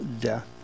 death